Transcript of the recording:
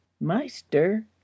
meister